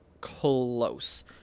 close